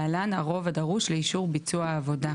להוציא אותם בכלל.